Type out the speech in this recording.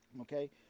Okay